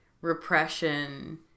repression